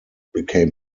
became